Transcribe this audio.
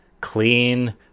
clean